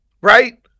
right